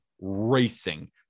racing